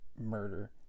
murder